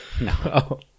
No